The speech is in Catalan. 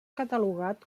catalogat